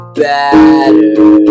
better